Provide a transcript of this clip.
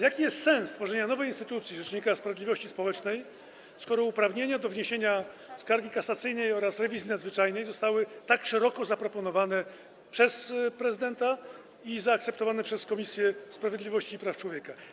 Jaki jest sens tworzenia nowej instytucji rzecznika sprawiedliwości społecznej, skoro uprawnienia do wniesienia skargi kasacyjnej oraz rewizji nadzwyczajnej zostały tak szeroko zaproponowane przez prezydenta i zaakceptowane przez Komisję Sprawiedliwości i Praw Człowieka?